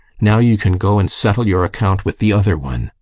now you can go and settle your account with the other one!